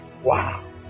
Wow